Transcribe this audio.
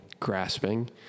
grasping